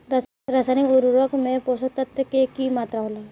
रसायनिक उर्वरक में पोषक तत्व के की मात्रा होला?